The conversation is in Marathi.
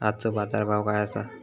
आजचो बाजार भाव काय आसा?